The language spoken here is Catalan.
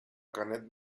canet